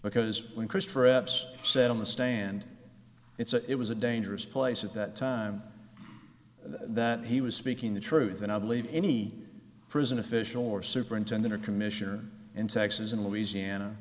because when christopher epps said on the stand it's a it was a dangerous place at that time that he was speaking the truth and i believe any prison official or superintendent or commissioner in texas and louisiana